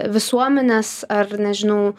visuomenės ar nežinau